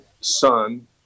son